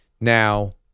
Now